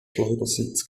schleudersitz